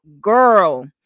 girl